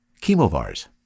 Chemovars